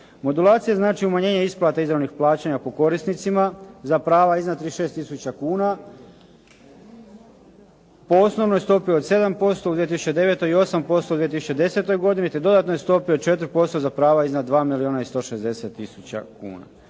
Modulacija znači umanjenje isplate izravnih plaćanja po korisnicima za prava iznad 36000 kuna po osnovnoj stopi od 7% u 2009. i 8% u 2010. godini, te dodatnoj stopi od 4% za prava iznad 2 milijuna